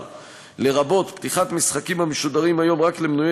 לרבות פתיחת משחקים המשודרים היום רק למנויי